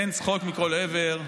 אין צחוק מכל עבר.